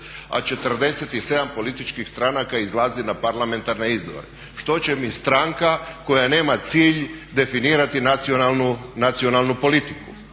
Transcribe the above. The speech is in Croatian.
a 47 političkih stranaka izlazi na parlamentarne izbore. Što će mi stranka koja nema cilj, definirati nacionalnu politiku?